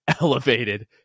elevated